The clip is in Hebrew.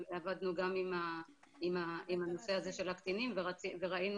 עבדנו גם עם הנושא הזה של הקטינים וראינו